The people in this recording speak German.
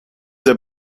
der